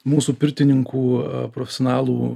mūsų pirtininkų profesionalų